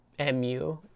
MU